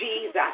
Jesus